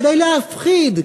כדי להפחיד,